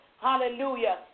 Hallelujah